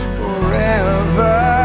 forever